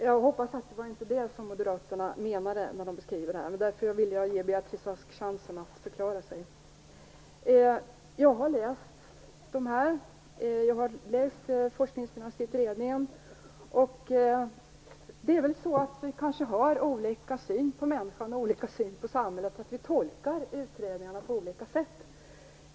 Jag hoppas att det inte var det Moderaterna menade med sin beskrivning, och jag ville därför ge Beatrice Ask en chans att förklara sig. Jag har läst Forskningfinansieringsutredningen. Det kanske är så att vi har olika syn på människan och på samhället, och att vi tolkar utredningarna på olika sätt.